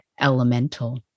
elemental